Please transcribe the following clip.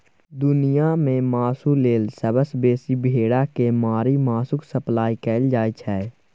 दुनियाँ मे मासु लेल सबसँ बेसी भेड़ा केँ मारि मासुक सप्लाई कएल जाइ छै